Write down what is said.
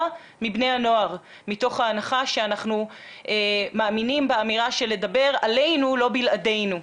מבני הנוער מתוך ההנחה שאנחנו מאמינים באמירה שלדבר עלינו לא בלעדינו.